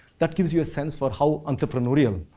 that gives you a sense for how entrepreneurial